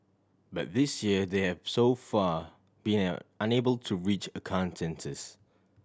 but this year they have so far been an unable to reach a consensus